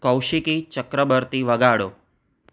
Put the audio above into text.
Kaushiki Chakraborty વગાળો